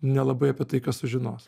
nelabai apie tai kas sužinos